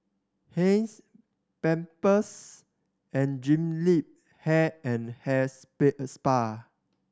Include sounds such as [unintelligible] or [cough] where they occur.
Heinz Pampers and Jean Yip Hair and Hair [unintelligible] Spa